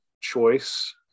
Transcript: choice